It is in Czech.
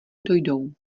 dojdou